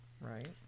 Right